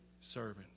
servant